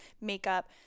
makeup